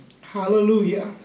Hallelujah